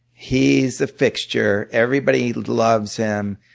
he's a fixture. everybody loves him,